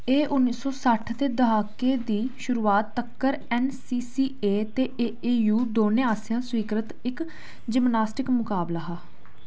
एह् उन्नी सौ सट्ठ दे द्हाके दी शुरुआत तक्कर ऐन्न सी सी ए ते ए ए यू दौनें आसेआ स्वीकृत इक जिम्नास्टिक मकाबला हा